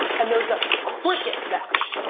and there's a cricket match.